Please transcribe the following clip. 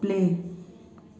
play